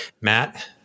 Matt